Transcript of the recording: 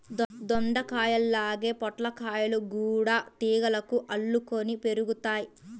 దొండకాయల్లాగే పొట్లకాయలు గూడా తీగలకు అల్లుకొని పెరుగుతయ్